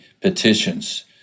petitions